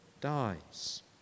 dies